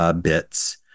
bits